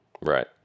Right